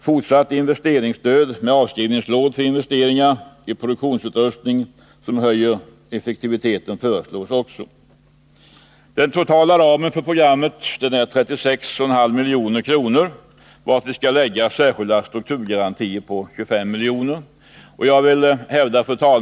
Fortsatt investeringsstöd med avskrivningslån för investeringar i produktionsutrustning som höjer effektiviteten föreslås även. Den totala ramen för programmet är 36,5 milj.kr., vartill skall läggas särskilda strukturgarantier på 25 miljoner.